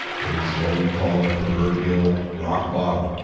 is what we call the proverbial rock bottom,